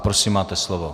Prosím, máte slovo.